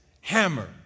Hammer